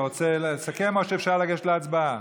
אתה רוצה לסכם או שאפשר לגשת להצבעה?